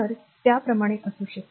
तर त्याप्रमाणे असू शकते